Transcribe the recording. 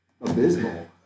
abysmal